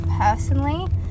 personally